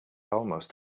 almost